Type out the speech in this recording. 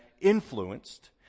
influenced